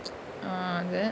ah then